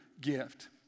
gift